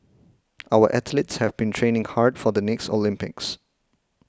our athletes have been training hard for the next Olympics